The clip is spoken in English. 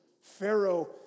Pharaoh